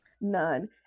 None